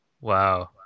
wow